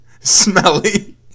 smelly